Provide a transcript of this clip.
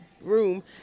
room